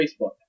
Facebook